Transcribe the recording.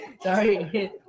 Sorry